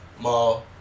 mall